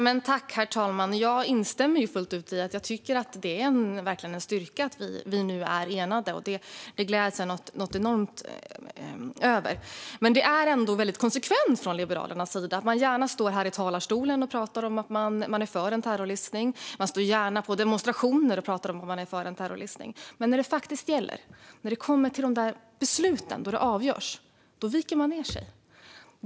Herr talman! Jag instämmer fullt ut i att det är en styrka att vi nu är enade. Det gläds jag enormt över. Men det är ändå väldigt konsekvent från Liberalernas sida att man gärna står här i talarstolen och pratar om att man är för en terrorlistning, och man står gärna på demonstrationer och pratar om samma sak. Men när det faktiskt gäller, när det kommer till besluten och när det avgörs - då viker man ned sig.